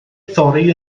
thorri